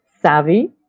savvy